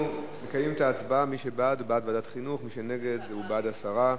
בעד, 9,